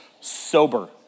sober